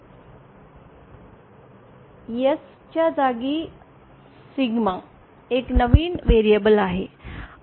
S च्या जागी sigma एक नवीन व्हेरिएबल आहे